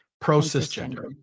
Pro-cisgender